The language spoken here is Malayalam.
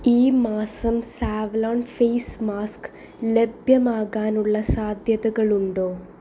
ഈ മാസം സാവ്ലോൺ ഫേസ് മാസ്ക് ലഭ്യമാകാനുള്ള സാധ്യതകളുണ്ടോ